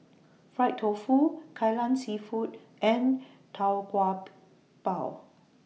Fried Tofu Kai Lan Seafood and Tau Kwa Pau